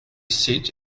seat